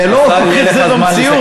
זה לא הופך את זה במציאות,